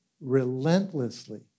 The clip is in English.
relentlessly